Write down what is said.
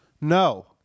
no